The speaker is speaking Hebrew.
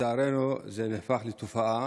לצערנו זה נהפך לתופעה,